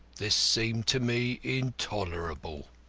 this seemed to me intolerable.